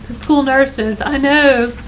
school nurses i know,